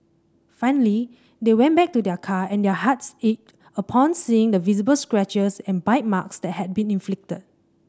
finally they went back to their car and their hearts ached upon seeing the visible scratches and bite marks that had been inflicted